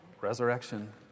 resurrection